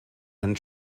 and